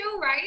right